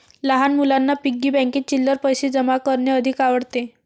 लहान मुलांना पिग्गी बँकेत चिल्लर पैशे जमा करणे अधिक आवडते